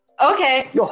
okay